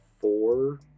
four